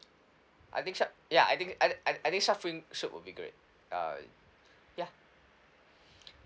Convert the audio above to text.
I think shark ya I think I I I think shark fin soup would be great uh ya